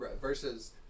versus